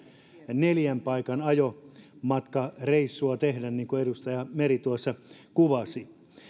neljän paikan ajomatkareissua tehdä niin kuin edustaja meri tuossa kuvasi